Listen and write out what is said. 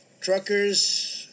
truckers